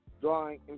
Drawing